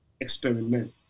experiment